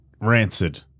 Rancid